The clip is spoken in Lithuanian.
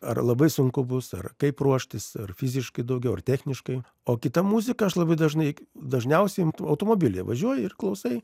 ar labai sunku bus ar kaip ruoštis ar fiziškai daugiau ar techniškai o kita muzika aš labai dažnai dažniausiai automobilyje važiuoji ir klausai